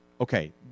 Okay